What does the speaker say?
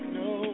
no